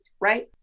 right